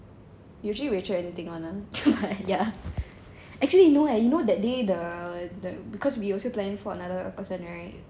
usually rachel anything [one] lah but ya actually you know right you know that day the the because we also plan for another person right